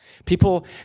People